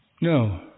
No